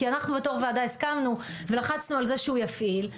כי אנחנו בתור ועדה הסכמנו ולחצנו על זה שהוא יפעיל.